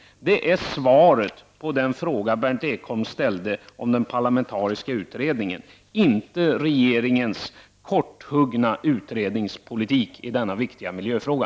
Det är svaret på den fråga Berndt Ekholm ställde, inte regeringens ”korthuggna” utredningspolitik i denna viktiga miljöfråga.